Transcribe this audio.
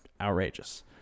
outrageous